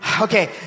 Okay